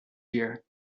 year